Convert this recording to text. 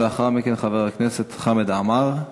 לאחר מכן, חבר הכנסת חמד עמאר,